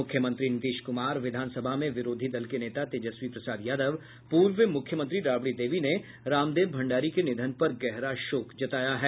मुख्यमंत्री नीतीश कुमार विधानसभा में विरोधी दल के नेता तेजस्वी प्रसाद यादव पूर्व मुख्यमंत्री राबड़ी देवी ने रामदेव भण्डारी के निधन पर गहरा शोक जताया है